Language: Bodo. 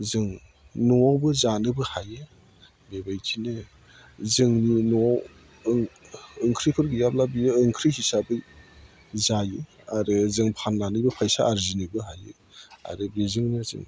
जों न'आवबो जानोबो हायो बेबायदिनो जोंनि न'आव ओंख्रिफोर गैयाब्ला बियो ओंख्रि हिसाबै जायो आरो जों फाननानै फैसा आरजिनोबो हायो आरो बिजोंनो जों